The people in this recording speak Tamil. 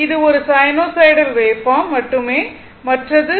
இது ஒரு சைனூசாய்டல் வேவ்பார்ம் மட்டுமே மற்றும் θ ω t